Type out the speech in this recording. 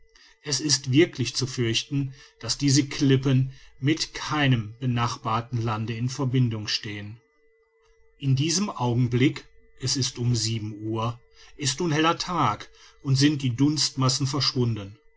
es ist wirklich zu fürchten daß diese klippen mit keinem benachbarten lande in verbindung stehen in diesem augenblick es ist um sieben uhr ist nun heller tag und sind die dunstmassen verschwunden